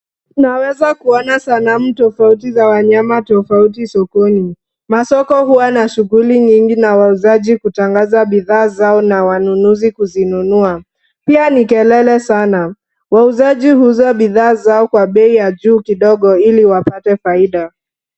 Unaweza kuona sanamu tofauti za wanyama tofauti sokoni. Masoko huwa na shuguli nyingi na wauzaji kutangaza bidhaa zao na wanunuzi kuzinuanua. Pia ni kelele sana. Wauzaji huuza bidhaa zao kwa bei ya juu kidogo ili wapate faida.